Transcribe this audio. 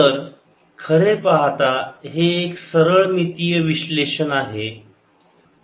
तर खरे पाहता हे एक सरळ मितीय विश्लेषण आहे